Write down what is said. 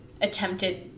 attempted